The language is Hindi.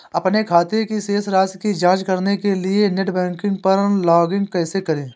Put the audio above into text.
अपने खाते की शेष राशि की जांच करने के लिए नेट बैंकिंग पर लॉगइन कैसे करें?